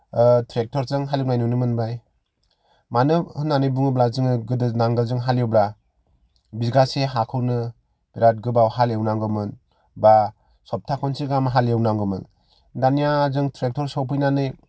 ट्रेक्टरजों हालेवनाय नुनो मोनबाय मानो होन्नानै बुङोब्ला जोङो गोदो नांगोलजों हालेवब्ला बिगासे हाखौनो बिराद गोबाव हालेवनांगौमोन बा सप्ताह खनसे गाहाम हालेवनांगौमोन दानिया जों ट्रेक्टर सफैनानै